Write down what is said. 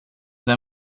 den